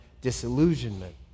disillusionment